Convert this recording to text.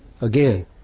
again